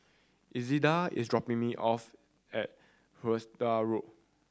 Elzada is dropping me off at Hythe Road